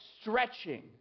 stretching